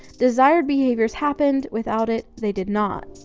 desired behaviors happened. without it, they did not.